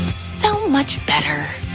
so much better.